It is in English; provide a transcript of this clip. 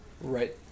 Right